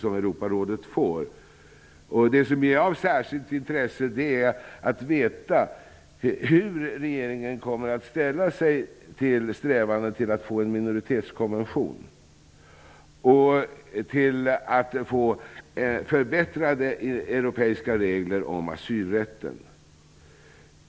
Vad som är av särskilt intresse är att få veta hur regeringen kommer att ställa sig till strävandena att få till stånd en minoritetskonvention och till att åstadkomma förbättrade europeiska regler om asylrätten.